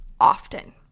often